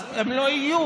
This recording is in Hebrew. אז הם לא יהיו.